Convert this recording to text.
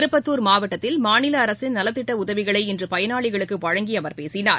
திருப்பத்தூர் மாவட்டத்தில் மாநிலஅரசின் நலத்திட்டஉதவிகளை இன்றுபயனாளிகளுக்குவழங்கிஅவர் பேசினார்